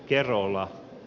kerola